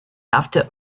after